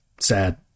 sad